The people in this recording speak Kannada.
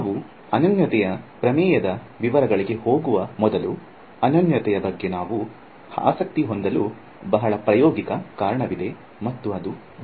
ನಾವು ಅನನ್ಯತೆಯ ಪ್ರಮೇಯದ ವಿವರಗಳಿಗೆ ಹೋಗುವ ಮೊದಲು ಅನನ್ಯತೆಯ ಬಗ್ಗೆ ನಾವು ಆಸಕ್ತಿ ಹೊಂದಲು ಬಹಳ ಪ್ರಾಯೋಗಿಕ ಕಾರಣವಿದೆ ಮತ್ತು ಅದು ಇದು